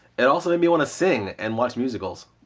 it also made me want to sing and watch musicals.